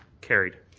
carried.